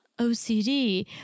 OCD